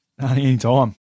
Anytime